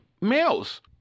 males